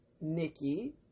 Nikki